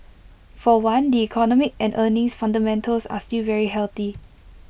for one the economic and earnings fundamentals are still very healthy